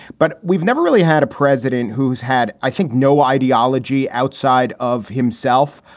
but we've never really had a president who's had, i think, no ideology outside of himself.